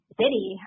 city